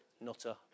nutter